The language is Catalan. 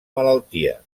malaltia